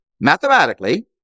Mathematically